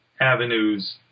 avenues